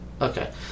Okay